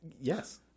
Yes